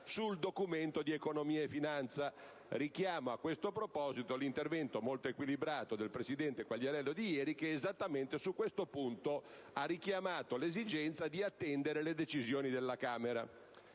sul Documento di economia e finanza; richiamo a questo proposito l'intervento molto equilibrato di ieri del presidente Quagliariello che, esattamente su questo punto, ha richiamato l'esigenza di attendere le decisioni della Camera.